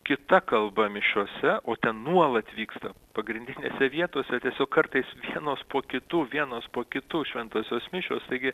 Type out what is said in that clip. kita kalba mišiose o ten nuolat vyksta pagrindinėse vietose tiesiog kartais vienos po kitų vienos po kitų šventosios mišios taigi